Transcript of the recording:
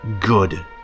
Good